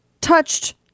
touched